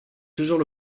toujours